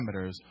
parameters